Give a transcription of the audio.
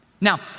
Now